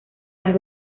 las